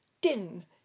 din